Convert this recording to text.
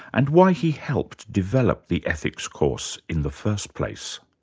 and why he helped develop the ethics course in the first place.